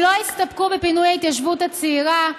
הם לא הסתפקו בפינוי ההתיישבות הצעירה,